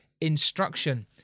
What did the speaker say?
instruction